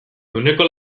ehuneko